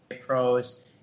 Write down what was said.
pros